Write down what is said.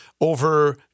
over